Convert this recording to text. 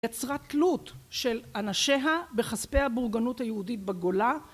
יצרה תלות של אנשיה בכספי הבורגנות היהודית בגולה